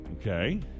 Okay